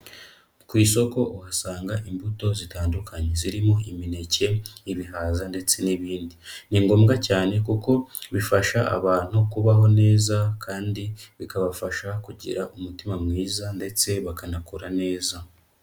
Ku isoko uhasanga imbuto zitandukanye, zirimo imineke, ibihaza ndetse n'ibindi. Ni ngombwa cyane kuko bifasha abantu kubaho neza kandi bikabafasha kugira umutima mwiza ndetse bakanakora neza.